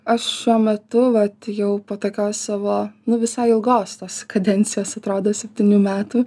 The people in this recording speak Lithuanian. aš šiuo metu vat jau po tokios savo nu visai ilgos tos kadencijos atrodo septynių metų